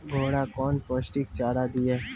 घोड़ा कौन पोस्टिक चारा दिए?